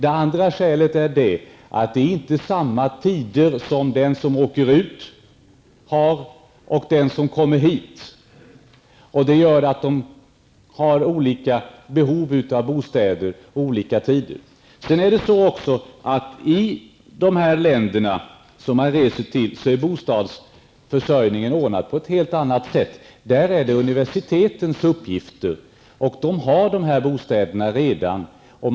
Ett annat skäl är att en student som åker utomlands och en gäststuderande som kommer hit inte har samma tider. Därför har de olika behov av bostäder under olika tider. I de länder som man studerar i är bostadsförsörjningen ordnad på ett helt annat sätt. Där är det universitetens uppgift att tillhandhålla de bostäder som de redan har.